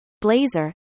Blazer